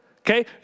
okay